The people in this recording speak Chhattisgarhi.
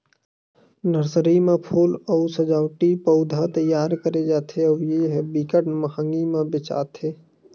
नरसरी म फूल अउ सजावटी पउधा तइयार करे जाथे अउ ए ह बिकट मंहगी म बेचाथे